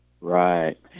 Right